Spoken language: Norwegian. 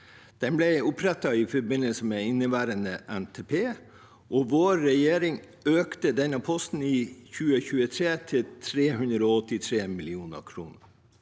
Den ble opprettet i forbindelse med inneværende NTP, og vår regjering økte denne posten i 2023 til 383 mill. kr.